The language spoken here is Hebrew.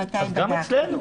גם אצלנו,